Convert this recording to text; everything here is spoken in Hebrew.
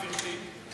גברתי,